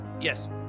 yes